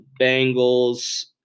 Bengals